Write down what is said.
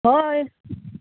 हय